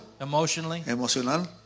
emotionally